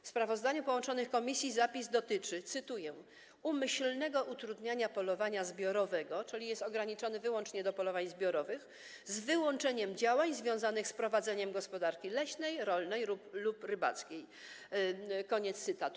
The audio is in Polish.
W sprawozdaniu połączonych komisji zapis dotyczy, cytuję: umyślnego utrudniania polowania zbiorowego, czyli jest ograniczony wyłącznie do polowań zbiorowych, z wyłączeniem działań związanych z prowadzeniem gospodarki leśnej, rolnej lub rybackiej, koniec cytatu.